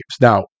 Now